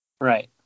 right